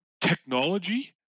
technology